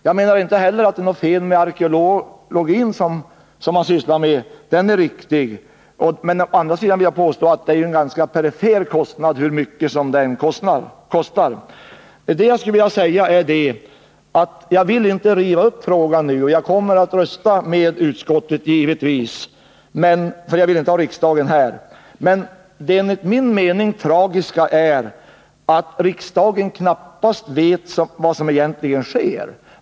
Jag tycker inte att det är något fel att man ägnar sig åt arkeologiska utgrävningar. Kostnaden är mycket obetydlig. Jag önskar inte riva upp frågan och kommer givetvis också att rösta på utskottets hemställan — jag vill ju inte att riksdagen skall vara placerad här. Men det enligt min mening tragiska är att riksdagsledamöterna knappast vet vad som egentligen sker.